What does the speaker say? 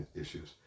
issues